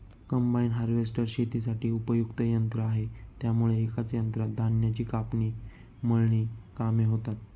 combine harvester शेतीसाठी उपयुक्त यंत्र आहे त्यामुळे एकाच यंत्रात धान्याची कापणी, मळणी कामे होतात